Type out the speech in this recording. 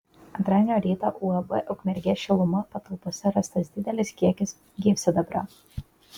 antradienio rytą uab ukmergės šiluma patalpose rastas didelis kiekis gyvsidabrio